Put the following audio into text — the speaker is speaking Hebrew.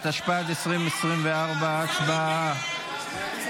התשפ"ג 2023. הצבעה.